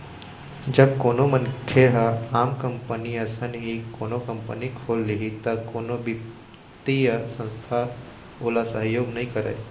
जब कोनो मनखे ह आम कंपनी असन ही कोनो कंपनी खोल लिही त कोनो बित्तीय संस्था ओला सहयोग नइ करय